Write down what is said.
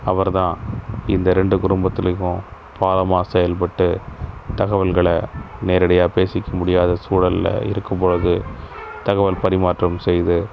அவர்தான் இந்த ரெண்டு குடும்பத்துலேயும் பாலமாக செயல்பட்டு தகவல்களை நேரடியாக பேசிக்க முடியாத சூழலில் இருக்கும்பொழுது தகவல் பரிமாற்றம் செய்து